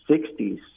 sixties